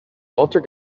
walter